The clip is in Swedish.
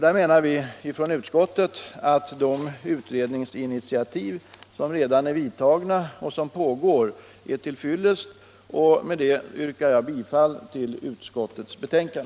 Där menar utskottet att de utredningsinitiativ som redan är tagna och det arbete som pågår är till fyllest. Med det yrkar jag bifall till utskottets hemställan.